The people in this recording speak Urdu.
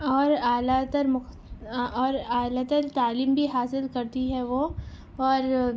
اور اعلیٰ تر اور اعلیٰ تر تعلیم بھی حاصل کرتی ہے وہ اور